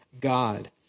God